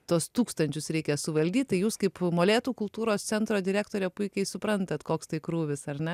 tuos tūkstančius reikia suvaldyt tai jūs kaip molėtų kultūros centro direktorė puikiai suprantat koks tai krūvis ar ne